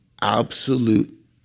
absolute